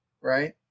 right